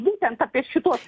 būtent apie šituos